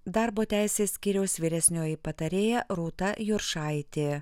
darbo teisės skyriaus vyresnioji patarėja rūta juršaitė